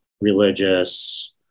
religious